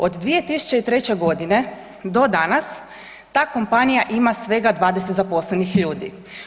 Od 2003. g. do danas ta kompanija ima svega 20 zaposlenih ljudi.